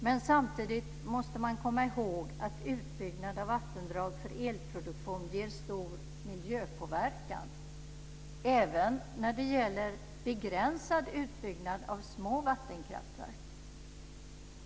Men samtidigt måste man komma ihåg att utbyggnad av vattendrag för elproduktion ger stor miljöpåverkan, även när det gäller begränsad utbyggnad av små vattenkraftverk.